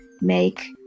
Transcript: make